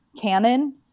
canon